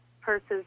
purses